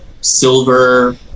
Silver